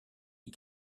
est